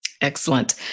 Excellent